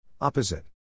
Opposite